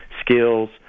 skills